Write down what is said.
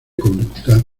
conducta